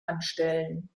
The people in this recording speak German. anstellen